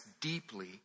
deeply